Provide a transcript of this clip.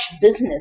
business